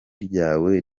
ryawe